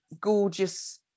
gorgeous